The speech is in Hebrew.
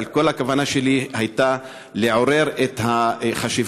אבל כל הכוונה שלי הייתה לעורר את החשיבות